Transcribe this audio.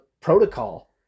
protocol